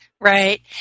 Right